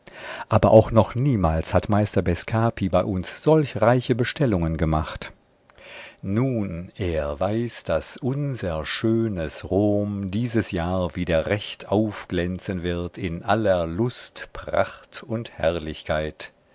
aber auch noch niemals hat meister bescapi bei uns solch reiche bestellungen gemacht nun er weiß daß unser schönes rom dieses jahr wieder recht aufglänzen wird in aller lust pracht und herrlichkeit